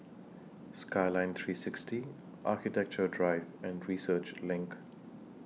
Skyline three sixty Architecture Drive and Research LINK